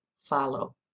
follow